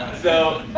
so